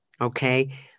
Okay